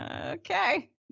okay